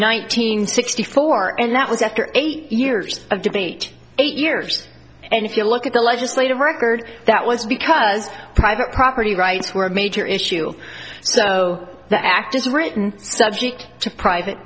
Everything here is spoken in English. hundred sixty four and that was after eight years of debate eight years and if you look at the legislative record that was because private property rights were a major issue so the act is written subject to private